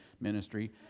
ministry